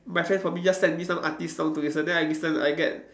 my friends probably just send me some artiste songs to listen then I listen I get